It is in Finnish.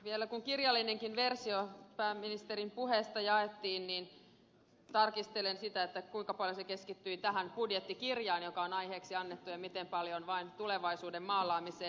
vielä kun kirjallinenkin versio pääministerin puheesta jaettiin niin tarkistelin sitä kuinka paljon se keskittyi tähän budjettikirjaan joka on aiheeksi annettu ja miten paljon vain tulevaisuuden maalaamiseen